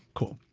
cool,